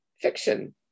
fiction